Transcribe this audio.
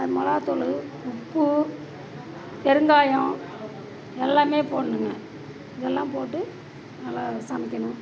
அது மொளகா தூள் உப்பு பெருங்காயம் எல்லாம் போடணுங்க இதை எல்லாம் போட்டு நல்லா சமைக்கணும்